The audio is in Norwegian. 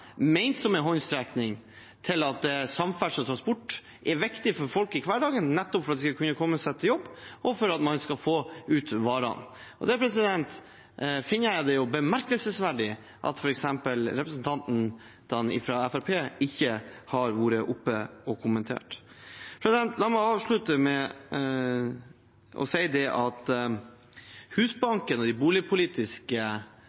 ment som en håndsrekning, fordi samferdsel og transport er viktig for folk i hverdagen, for at de skal kunne komme seg til jobb, og for at man skal få ut varene. Det finner jeg det bemerkelsesverdig at f.eks. representantene fra Fremskrittspartiet ikke har vært oppe og kommentert. La meg avslutte med å si at Husbanken og de boligpolitiske virkemidlene som vi har her i dette landet, er det